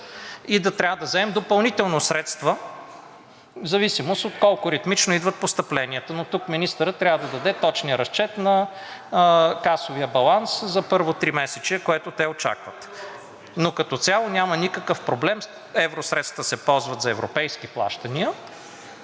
и да трябва да вземем допълнително средства в зависимост от това колко ритмично идва постъплението. Тук министърът обаче трябва да даде точния разчет на касовия баланс за първо тримесечие, което те очакват. Като цяло обаче няма никакъв проблем. Евросредствата се ползват за европейски плащания.